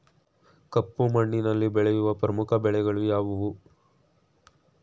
ಕಪ್ಪು ಮಣ್ಣಿನಲ್ಲಿ ಬೆಳೆಯುವ ಪ್ರಮುಖ ಬೆಳೆಗಳು ಯಾವುವು?